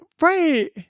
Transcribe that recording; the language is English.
right